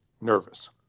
nervous